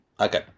Okay